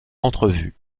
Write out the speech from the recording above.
entrevues